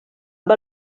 amb